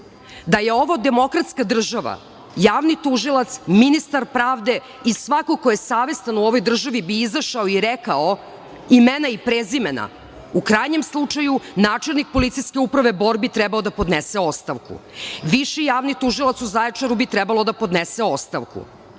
Da je ovo demokratska država, Javni tužilac, ministar pravde i svako ko je savestan u ovoj državi bi izašao i rekao imena i prezimena. U krajnjem slučaju načelnik PU Bor bi trebao da podnese ostavku. Viši javni tužilac u Zaječaru bi trebalo da podnese ostavku.Međutim,